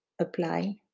apply